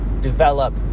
develop